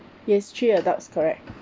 yes three adults correct